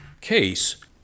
case